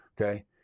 okay